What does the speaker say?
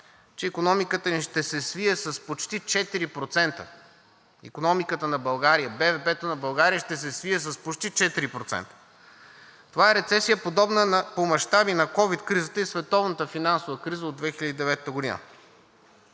че икономиката ни ще се свие с почти 4%. Икономиката на България, БВП на България ще се свие с почти 4%! Това е рецесия, подобна по мащаби на ковид кризата и световната финансова криза от 2009 г.